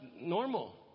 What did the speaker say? normal